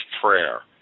prayer